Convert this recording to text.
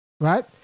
Right